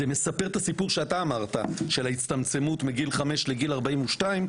זה מספר את הסיפור שאתה אמרת של ההצטמצמות מגיל חמש לגיל 42,